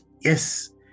yes